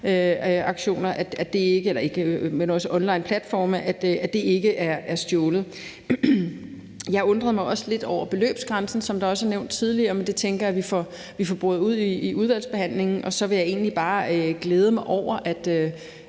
ikke er stjålet. Jeg undrer mig også lidt over beløbsgrænsen, som det også er blevet nævnt tidligere, men det tænker jeg at vi får boret ud i udvalgsbehandling. Så jeg vil egentlig bare glæde mig over, at